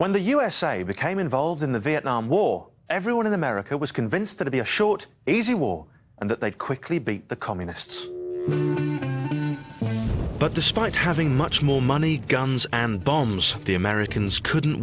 when the usa became involved in the vietnam war everyone in america was convinced that to be a short easy war and that they'd quickly beat the communists but despite having much more money guns and bombs the americans couldn't